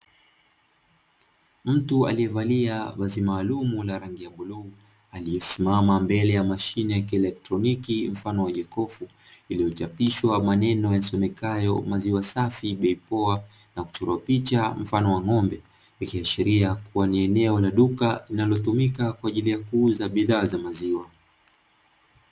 Mtu aliyevalia vazi maalumu la rangi ya bluu, aliyesimama mbele ya mashine ya kielektroniki mfano wa jokofu, iliyochapishwa maneno yasomekayo "maziwa safi bei poa" na kuchorwa picha mfano wa ng'ombe, ikiashiria kuwa ni eneo la duka linalotumika kwa ajili ya kuuza bidhaa za maziwa.